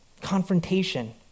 confrontation